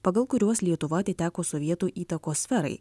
pagal kuriuos lietuva atiteko sovietų įtakos sferai